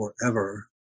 forever